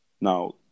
Now